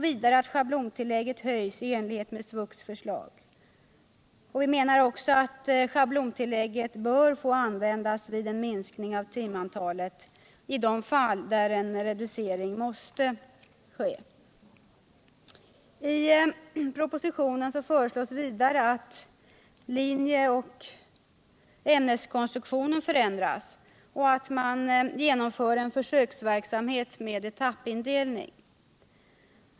Vidare att schablontillägget höjs i enlighet med SVUX förslag. Vi menar också att schablontillägget bör få användas vid en minskning av timantalet i de fall där en reducering måste ske. I propositionen föreslås vidare att linjeoch ämneskonstruktionen förändras och att man genomför en försöksverksamhet med etappindelning.